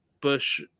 Bush